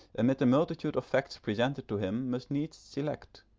amid the multitude of facts presented to him must needs select,